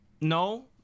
no